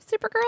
Supergirl